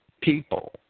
people